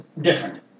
different